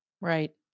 Right